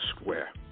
Square